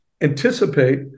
anticipate